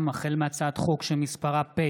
עם פתיחת המליאה אני שמח לברך את הסטודנטים מהמרכז האקדמי